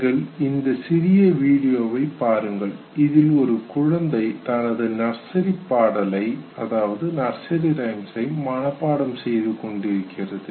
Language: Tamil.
நீங்கள் இந்த சிறிய வீடியோவில் பாருங்கள் இதில் ஒரு குழந்தை தனது நர்சரி பாடலை மனப்பாடம் செய்து கொண்டிருக்கிறான்